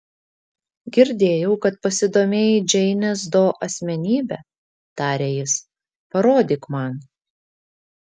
girdėjau kad pasidomėjai džeinės do asmenybe tarė jis parodyk man